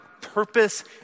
purpose